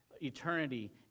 eternity